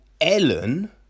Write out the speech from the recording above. Ellen